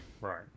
Right